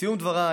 לסיום דבריי